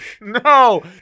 No